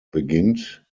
beginnt